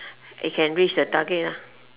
he can reach the target lah